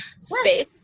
Space